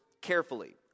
carefully